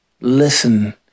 listen